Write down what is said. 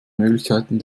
möglichkeiten